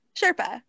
sherpa